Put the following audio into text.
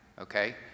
Okay